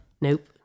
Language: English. Nope